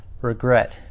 Regret